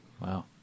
Wow